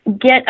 get